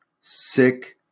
Sick